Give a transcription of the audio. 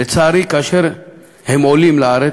לצערי, כאשר הם עולים לארץ,